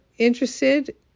interested